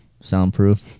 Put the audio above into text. Soundproof